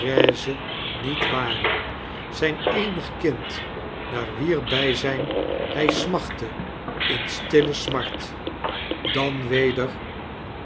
niet waren zyn eenig kind naar wier byzyn hy smachtte in stille smart dan weder